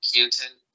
Canton